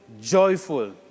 joyful